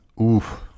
oof